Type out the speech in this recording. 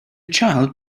child